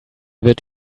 wird